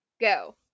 Go